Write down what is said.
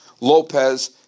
Lopez